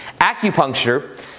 Acupuncture